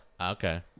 Okay